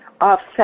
offset